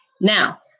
Now